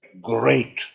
great